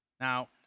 Now